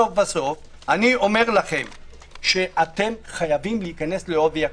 אתם חייבים להיכנס לעובי הקורה.